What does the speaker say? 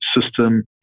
system